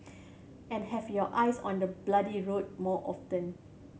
and have your eyes on the bloody road more often